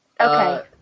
Okay